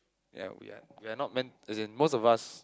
ya we are we are not meant as in most of us